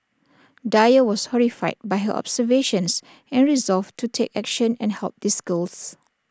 dyer was horrified by her observations and resolved to take action and help these girls